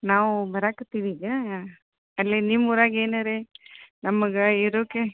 ನಾವು ಬರಕತ್ತೀವಿ ಈಗ ಅಲ್ಲಿ ನಿಮ್ಮೂರಾಗೆ ಏನು ಅರೇ ನಮಗೆ ಇರೋಕೆ